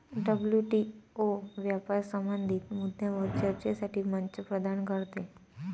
WTO व्यापार संबंधित मुद्द्यांवर चर्चेसाठी मंच प्रदान करते